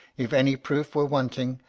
if any proof were wanting,